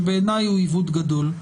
שבעיני הוא עיוות גדול.